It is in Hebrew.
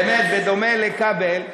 באמת בדומה לכבל,